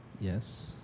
Yes